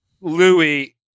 Louis